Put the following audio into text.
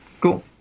Cool